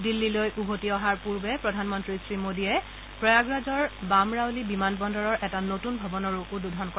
দিল্লীলৈ উভতি অহাৰ পূৰ্বে প্ৰধানমন্ত্ৰী শ্ৰীমোদীয়ে প্ৰয়াগৰাজৰ বামৰাওলী বিমানবন্দৰৰ এটা নতুন ভৱনৰো উদ্বোধন কৰিব